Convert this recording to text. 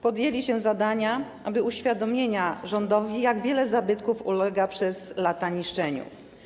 Podjęli się zadania uświadomienia rządowi, jak wiele zabytków ulega przez lata niszczeniu.